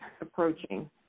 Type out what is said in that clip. approaching